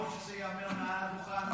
מעל הדוכן,